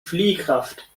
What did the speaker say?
fliehkraft